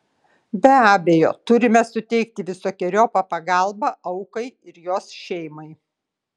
be abejo turime suteikti visokeriopą pagalbą aukai ir jos šeimai